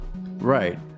right